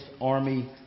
Army